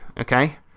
Okay